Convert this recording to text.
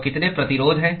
तो कितने प्रतिरोध हैं